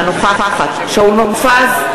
אינה נוכחת שאול מופז,